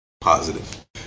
positive